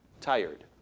tired